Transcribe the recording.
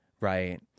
right